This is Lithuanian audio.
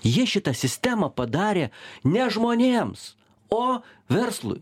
jie šitą sistemą padarė ne žmonėms o verslui